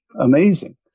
amazing